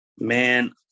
man